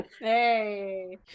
hey